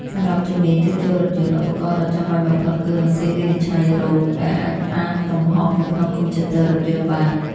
សម្រាប់ជំនាញ ជួសជុលរថយន្ត ឧបករណ៍ដ៏ចាំបាច់បំផុតគឺ ម៉ាស៊ីនវិនិច្ឆ័យរោគ ដែលអាចអានកំហុសនៅក្នុងកុំព្យូទ័ររថយន្តបាន។